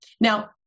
now